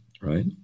right